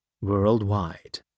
worldwide